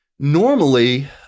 Normally